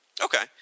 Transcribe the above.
Okay